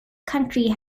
country